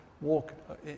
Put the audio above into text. walk